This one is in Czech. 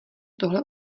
tohle